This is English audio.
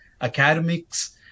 academics